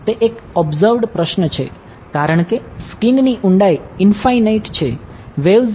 તે એક ઓબ્સર્વ્ડ પ્રશ્ન છે કારણકે સ્કીનની ઊંડાઈ ઇનફાઈનાઈટ બનશે